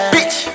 Bitch